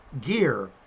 gear